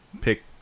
pick